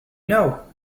know